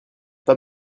pas